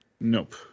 Nope